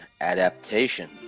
Adaptation